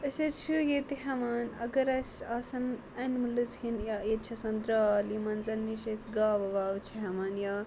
أسۍ حظ چھِ ییٚتہِ ہیٚوان اگر اسہِ آسان اَنملٕز ہیٚنۍ یا ییٚتہِ چھِ آسان درٛال یمن زن نِش چھِ أسۍ گاوٕ واوٕ چھِ ہیٚوان یا